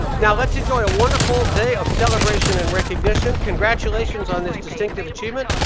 now let's enjoy a wonderful day of celebration in recognition. congratulations on this distinctive achievement,